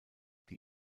die